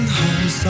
home